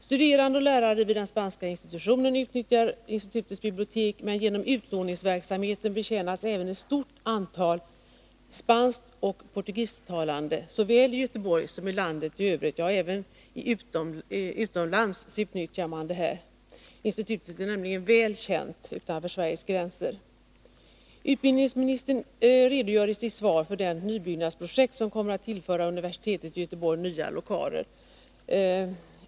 Studerande ogh lärare vid den spanska institutionen utnyttjar institutets bibliotek, men genom utlåningsverksamheten betjänas även ett stort antal spanskoch pottugisisktalande såväli Göteborg som i landet i övrigt. Ja, även utomlands utnyttjar man biblioteket; institutet är väl känt utanför Sveriges gränser. Utbildningsministern redogör i sitt svar för det nybyggnadsprojekt som kommer att tillföra universitetet i Göteborg nya lokaler.